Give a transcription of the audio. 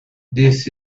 this